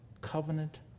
covenant